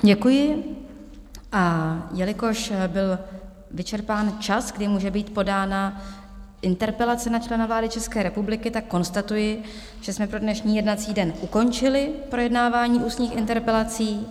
Děkuji, a jelikož byl vyčerpán čas, kdy může být podána interpelace na člena vlády České republiky, konstatuji, že jsme pro dnešní jednací den ukončili projednávání ústních interpelací.